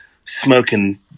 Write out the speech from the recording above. smoking